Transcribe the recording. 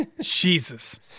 Jesus